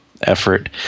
effort